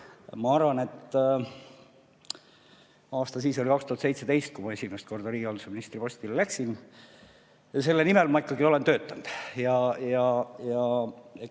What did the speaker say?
Ma arvan, et aasta siis oli 2017, kui ma esimest korda riigihalduse ministri postile läksin. Selle nimel ma ikkagi olen töötanud ja neid